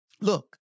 Look